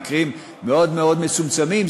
מקרים מאוד מאוד מצומצמים,